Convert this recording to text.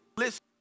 listen